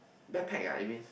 backpack ah I mean